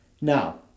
Now